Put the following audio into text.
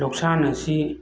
ꯂꯧꯁꯥꯟ ꯑꯁꯤ